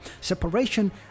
Separation